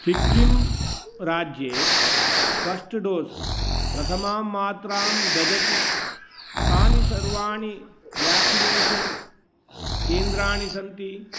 सिक्किम् राज्ये first dose प्रथमा मात्रां ददति कानि सर्वाणि व्याक्सिनेशन् केन्द्राणि सन्ति